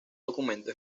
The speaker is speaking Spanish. documento